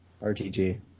RTG